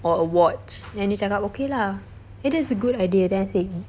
or a watch then dia cakap okay lah eh that's a good idea then I think